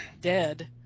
dead